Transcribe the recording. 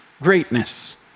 greatness